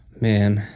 Man